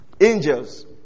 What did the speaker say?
Angels